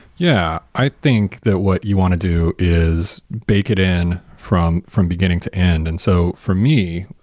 yeah. i think that what you want to do is bake it in from from beginning to end. and so for me,